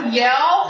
yell